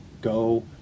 go